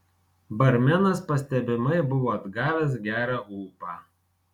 barmenas pastebimai buvo atgavęs gerą ūpą